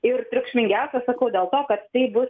ir triukšmingiausias sakau dėl to kad tai bus